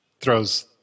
throws